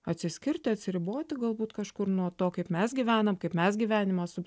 atsiskirti atsiriboti galbūt kažkur nuo to kaip mes gyvenam kaip mes gyvenimą